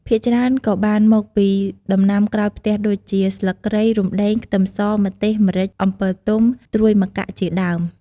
ភាគច្រើនក៏បានមកពីដំណាំក្រោយផ្ទះដូចជា ស្លឹកគ្រៃ រំដេង ខ្ទឹមស ម្ទេស ម្រេច អំពិលទុំ ត្រួយម្កាក់ ជាដើម។